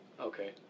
Okay